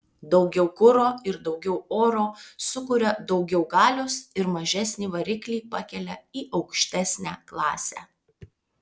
daugiau kuro ir daugiau oro sukuria daugiau galios ir mažesnį variklį pakelia į aukštesnę klasę